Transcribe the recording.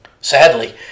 Sadly